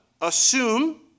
assume